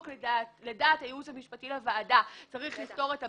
לדעת הייעוץ המשפטי לוועדה צריך לפתור את הבעיה.